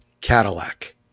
Cadillac